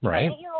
Right